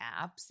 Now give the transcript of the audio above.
apps